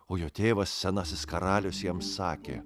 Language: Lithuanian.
o jo tėvas senasis karalius jam sakė